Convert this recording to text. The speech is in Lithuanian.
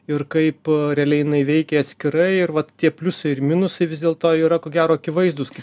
ir kaip realiai jinai veikė atskirai ir vat tie pliusai ir minusai vis dėlto yra ko gero akivaizdūs kaip